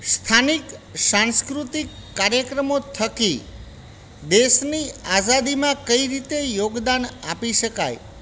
સ્થાનિક સાંસ્કૃતિક કાર્યક્રમો થકી દેશની આઝાદીમાં કઈ રીતે યોગદાન આપી શકાય